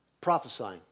prophesying